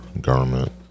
government